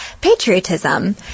patriotism